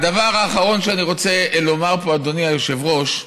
והדבר האחרון שאני רוצה לומר פה, אדוני היושב-ראש: